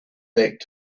back